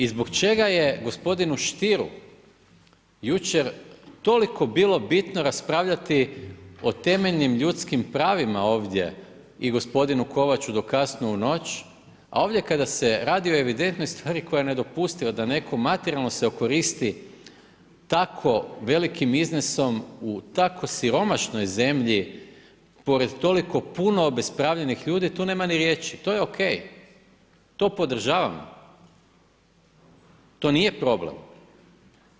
I zbog čega je gospodinu Stieru jučer toliko bilo bitno raspravljati o temeljnim ljudskim pravima ovdje i gospodinu Kovaču do kasno u noć, a ovdje kada se radi o evidentnoj stvari koja je nedopustiva da neko materijalno se okoristi tako velikim iznosom u tako siromašnoj zemlji pored toliko puno obespravljenih ljudi tu nema ni riječi, to je o.k., to podržavamo, to nije problem.